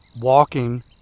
walking